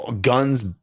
guns